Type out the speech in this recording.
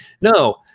No